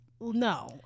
No